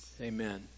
Amen